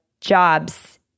jobs